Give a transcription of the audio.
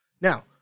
Now